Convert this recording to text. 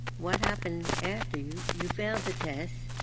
what happened after you you failed the test.